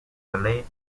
malay